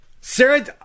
Sarah